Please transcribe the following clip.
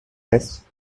lest